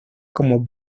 como